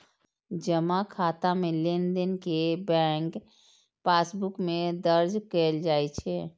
जमा खाता मे लेनदेन कें बैंक पासबुक मे दर्ज कैल जाइ छै